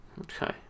Okay